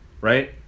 right